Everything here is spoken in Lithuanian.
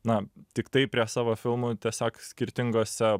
na tiktai prie savo filmų tiesiog skirtingose